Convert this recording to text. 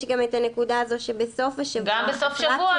יש גם את הנקודה הזו שבסוף השבוע אטרקציות --- גם בסוף שבוע.